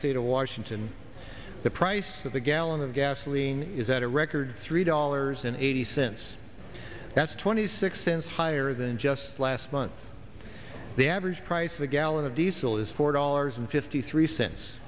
state of washington the price of a gallon of gasoline is at a record three dollars and eighty cents that's twenty six cents higher than just last month the average price of a gallon of diesel is four dollars and fifty three cents